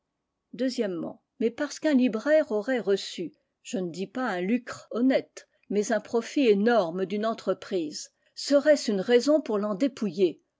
mais parce qu'un libraire aurait perçu je ne dis pas un lucre honnête mais un profit énorme d'une entreprise serait-ce une raison pour l'en dépouiller